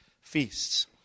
feasts